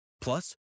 Plus